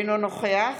אינו נוכח